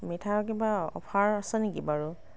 মিঠাইৰ কিবা অফাৰ আছে নেকি বাৰু